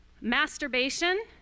masturbation